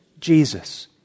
Jesus